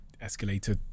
escalator